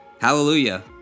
hallelujah